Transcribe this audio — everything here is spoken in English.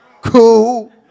cool